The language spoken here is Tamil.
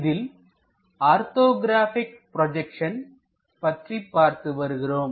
இதில் ஆர்த்தோகிராபிக் ப்ரோஜெக்சன் பற்றி பார்த்து வருகிறோம்